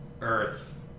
Earth